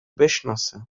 بشناسه